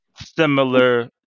similar